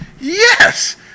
yes